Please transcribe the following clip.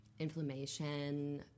Inflammation